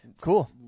Cool